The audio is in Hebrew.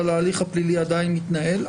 אבל ההליך הפלילי עדיין מתנהל,